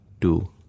two